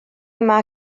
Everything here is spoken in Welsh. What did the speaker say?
yma